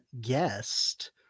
guest